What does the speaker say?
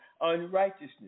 unrighteousness